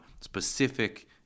specific